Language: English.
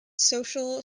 social